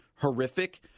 horrific